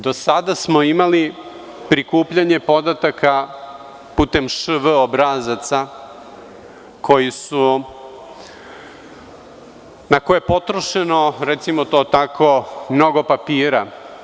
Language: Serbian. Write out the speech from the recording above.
Do sada smo imali prikupljanje podataka putem „šv“ obrazaca na koje je potrošeno, recimo to tako, mnogo papira.